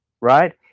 right